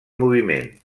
moviment